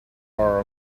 are